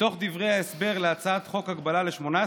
מתוך דברי ההסבר להצעת חוק הגבלה ל-18